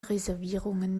reservierungen